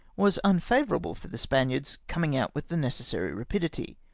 was unfavourable for the spaniards coming out with the necessary rapidity.